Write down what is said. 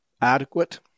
adequate